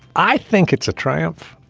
i think it's a triumph.